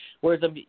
Whereas